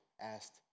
asked